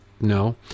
No